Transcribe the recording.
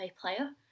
player